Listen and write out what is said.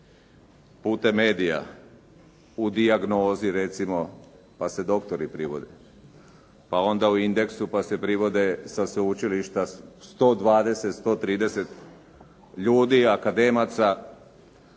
putem medija u «Dijagnozi» recimo pa se doktori privode. Pa onda u «Indeksu» pa se privode sa sveučilišta 120, 130 ljudi, akademaca.